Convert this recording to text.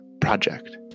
project